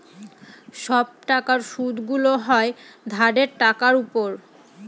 সব টাকার সুদগুলো হয় ধারের টাকার উপর